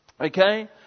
okay